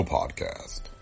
Podcast